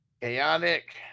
Chaotic